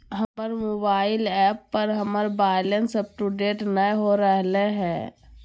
हमर mobile app पर हमर बैलेंस अपडेट नय हो रहलय हें